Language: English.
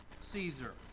Caesar